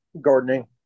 gardening